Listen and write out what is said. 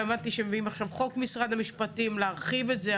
גם הבנתי שמביאים עכשיו חוק משרד המשפטים להרחיב את זה,